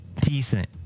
decent